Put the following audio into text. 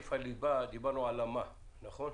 בסעיף הליבה דיברנו על המה, נכון?